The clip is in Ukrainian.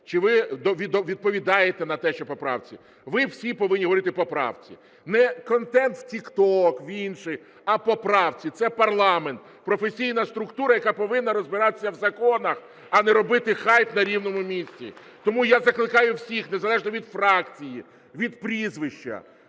чи ви відповідаєте на те, що в поправці, ви всі повинні говорити по правці. Не контент в тікток, в інше, а по правці, це парламент – професійна структура, яка повинна розбиратися в законах, а не робити хайп на рівному місці. Тому я закликаю всіх незалежно від фракції, від прізвища,